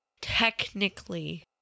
Technically